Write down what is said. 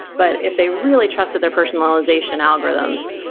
but if they really trusted their personalization algorithms,